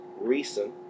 recent